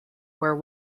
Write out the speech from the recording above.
where